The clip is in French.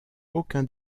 aucun